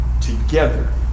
together